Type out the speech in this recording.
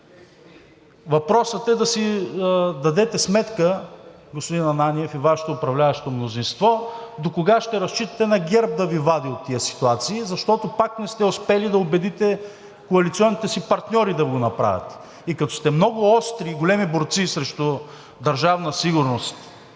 Въпросът е да си дадете сметка, господин Ананиев, и Вашето управляващо мнозинство, докога ще разчитате на ГЕРБ да Ви вади от тези ситуации, защото пак не сте успели да убедите коалиционните си партньори да го направят. И като сте много остри, и големи борци срещу Държавна сигурност,